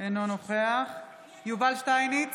אינו נוכח יובל שטייניץ,